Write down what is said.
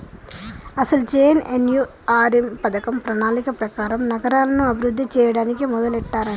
అసలు జె.ఎన్.ఎన్.యు.ఆర్.ఎం పథకం ప్రణాళిక ప్రకారం నగరాలను అభివృద్ధి చేయడానికి మొదలెట్టారంట